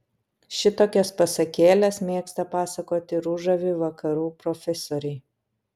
šitokias pasakėles mėgsta pasakoti ružavi vakarų profesoriai